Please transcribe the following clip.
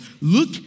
Look